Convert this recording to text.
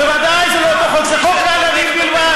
בוודאי זה לא אותו חוק, זה חוק לערבים בלבד.